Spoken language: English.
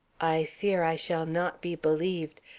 i fear i shall not be believed,